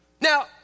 Now